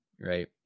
right